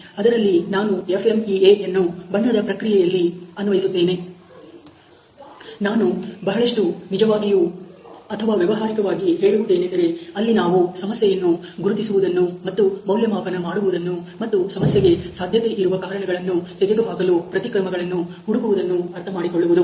ಅದರಲ್ಲಿ ನಾನು FMEA ಯನ್ನು ಬಣ್ಣದ ಪ್ರಕ್ರಿಯೆಯಲ್ಲಿ ಅನ್ವಯಿಸುತ್ತೇನೆ ನಾನು ಬಹಳಷ್ಟು ನಿಜವಾಗಿಯೂ ಅಥವಾ ವ್ಯವಹಾರಿಕವಾಗಿ ಹೇಳುವುದೇನೆಂದರೆ ಅಲ್ಲಿ ನಾವು ಸಮಸ್ಯೆಯನ್ನು ಗುರುತಿಸುವುದನ್ನು ಮತ್ತು ಮೌಲ್ಯಮಾಪನ ಮಾಡುವುದನ್ನು ಮತ್ತು ಸಮಸ್ಯೆಗೆ ಸಾಧ್ಯತೆ ಇರುವ ಕಾರಣಗಳನ್ನು ತೆಗೆದುಹಾಕಲು ಪ್ರತಿ ಕ್ರಮಗಳನ್ನು ಹುಡುಕುವುದನ್ನು ಅರ್ಥಮಾಡಿಕೊಳ್ಳುವುದು